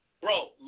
bro